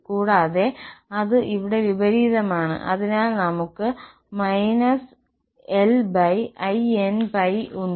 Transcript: കൂടാതെ അത് ഇവിടെ വിപരീതമാണ് അതിനാൽ നമ്മൾക്ക് -linπ ഉണ്ട്